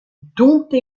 dont